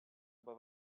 aber